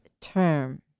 term